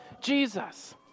Jesus